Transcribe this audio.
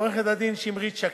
לעורכת-הדין שמרית שקד,